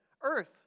Earth